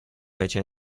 fece